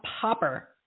Popper